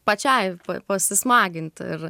pačiai pasismagint ir